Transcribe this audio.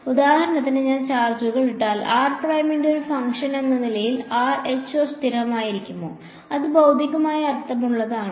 ഉദാഹരണത്തിന് ഞാൻ ചാർജുകൾ ഇട്ടാൽ r പ്രൈമിന്റെ ഒരു ഫംഗ്ഷൻ എന്ന നിലയിൽ rho സ്ഥിരമായിരിക്കുമോ അത് ഭൌതികമായി അർത്ഥമുള്ളതാണോ